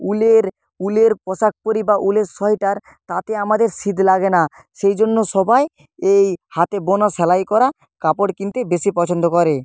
উলের উলের পোশাক পরি বা উলের সোয়েটার তাতে আমাদের শীত লাগে না সেই জন্য সবাই এই হাতে বোনা সেলাই করা কাপড় কিনতেই বেশি পছন্দ করে